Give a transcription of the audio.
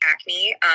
acne